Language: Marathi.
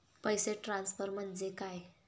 पैसे ट्रान्सफर म्हणजे काय?